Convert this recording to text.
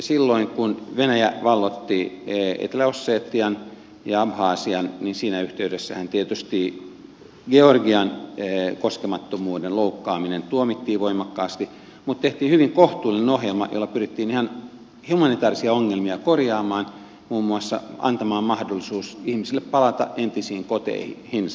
silloin kun venäjä valloitti etelä ossetian ja abhasian niin siinä yhteydessähän tietysti georgian koskemattomuuden loukkaaminen tuomittiin voimakkaasti mutta tehtiin hyvin kohtuullinen ohjelma jolla pyrittiin ihan humanitäärisiä ongelmia korjaamaan muun muassa antamaan mahdollisuus ihmisille palata entisiin koteihinsa